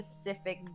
specific